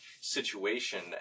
situation